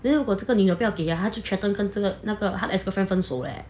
then 如果这个女的不要给他就 threaten 跟这个那个他的 ex girlfriend 要分手 leh